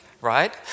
Right